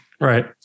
Right